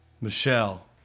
Michelle